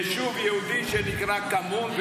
יישוב יהודי שנקרא כמון,